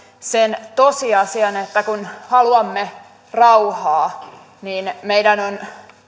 sen tosiasian että kun haluamme rauhaa niin meidän on